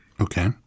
Okay